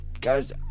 Guys